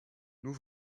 nous